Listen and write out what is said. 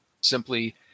simply